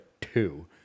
two